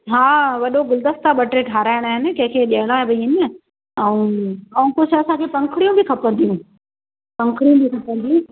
हा वॾो गुलदस्ता ॿ टे ठाहिराइणा हिन कंहिंखे ॾियणा बि आहिनि ऐं ऐं कुझु असांखे पंखुड़ियूं बि खपंदियूं पंखुड़ियूं बि खपंदियूं